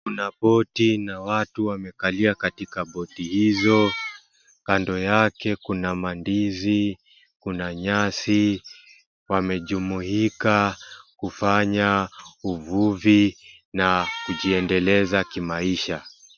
Kuna Boti na watu wamekalia katika boti hizo kando yake kuna mandizi kuna nyasi, wamejumuika kufanya uvuvi na kujiendeleza kimaisha .